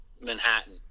manhattan